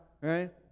right